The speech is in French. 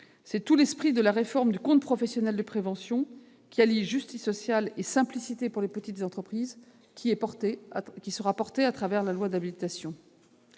C'est tout l'esprit de la réforme du compte professionnel de prévention, qui allie justice sociale et simplicité pour les petites entreprises. Sur le deuxième volet, relatif à la clarification